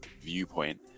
viewpoint